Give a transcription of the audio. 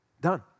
Done